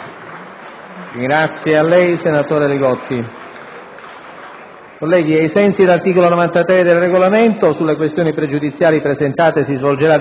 apre una nuova finestra"). Ai sensi dell'articolo 93 del Regolamento, sulle questioni pregiudiziali presentate si svolgerà